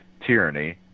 tyranny